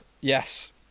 Yes